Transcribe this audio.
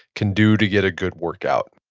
can do to get a good workout?